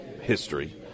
history